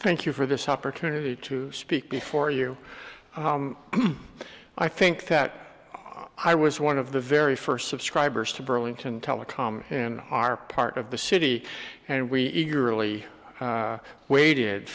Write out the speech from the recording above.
thank you for this opportunity to speak before you i think that i was one of the very first subscribers to burlington telecom and our part of the city and we eagerly waited